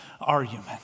argument